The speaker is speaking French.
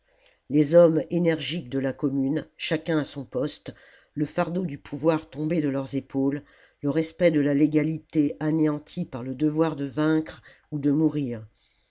les hommes énergiques de la commune chacun à son poste le fardeau du pouvoir tombé de leurs épaules le respect de la légalité anéanti par le devoir de vaincre ou de mourir